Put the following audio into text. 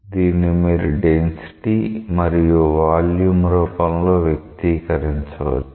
దీన్ని మీరు డెన్సిటీ మరియు వాల్యూమ్ రూపంలో వ్యక్తీకరించవచ్చు